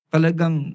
Talagang